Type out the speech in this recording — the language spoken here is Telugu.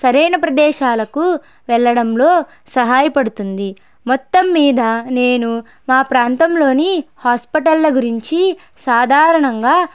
సరైన ప్రదేశాలకు వెళ్ళడంలో సహాయ పడుతుంది మొత్తం మీద నేను మా ప్రాంతంలోని హాస్పిటళ్ళ గురించి సాధారణంగా